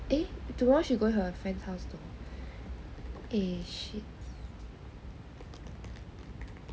eh joel going her friend's house though